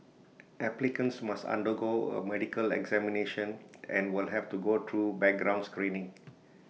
applicants must undergo A medical examination and will have to go through background screening